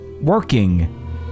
working